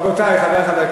רבותי חברי הכנסת,